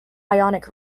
ionic